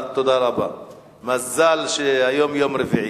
מזל שהיום יום רביעי,